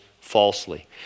falsely